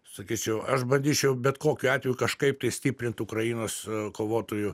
sakyčiau aš bandyčiau bet kokiu atveju kažkaip tai stiprint ukrainos kovotojų